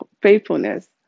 faithfulness